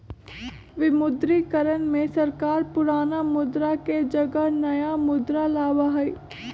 विमुद्रीकरण में सरकार पुराना मुद्रा के जगह नया मुद्रा लाबा हई